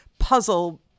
puzzle